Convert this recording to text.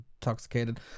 intoxicated